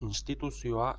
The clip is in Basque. instituzioa